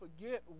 forget